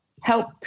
help